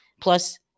plus